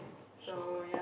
so